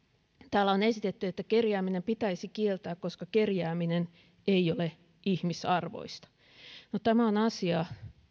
täällä on esitetty että kerjääminen pitäisi kieltää koska kerjääminen ei ole ihmisarvoista no tämä on asia